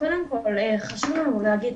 קודם כל חשוב לנו שלהגיד